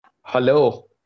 Hello